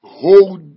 hold